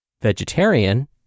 vegetarian